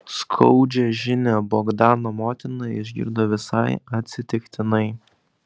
skaudžią žinią bogdano motina išgirdo visai atsitiktinai